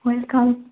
welcome